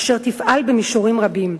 אשר תפעל במישורים רבים.